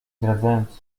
zdradzając